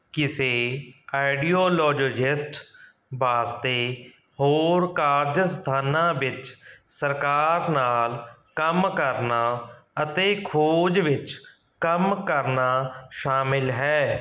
ਕਿਸੇ ਕਾਰਡੀਓਲੋਜਿਸਟ ਵਾਸਤੇ ਹੋਰ ਕਾਰਜ ਸਥਾਨਾਂ ਵਿੱਚ ਸਰਕਾਰ ਨਾਲ ਕੰਮ ਕਰਨਾ ਅਤੇ ਖੋਜ ਵਿੱਚ ਕੰਮ ਕਰਨਾ ਸ਼ਾਮਿਲ ਹੈ